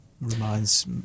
Reminds